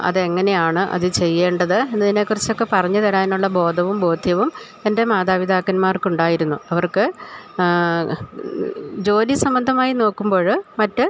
അതെങ്ങനെയാണ് അതു ചെയ്യേണ്ടത് എന്നതിനെക്കുറിച്ചൊക്കെ പറഞ്ഞുതരാനുള്ള ബോധവും ബോധ്യവും എൻ്റെ മാതാപിതാക്കന്മാർക്കുണ്ടായിരുന്നു അവർക്ക് ജോലി സംബന്ധമായി നോക്കുമ്പോള് മറ്റു